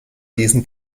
diesen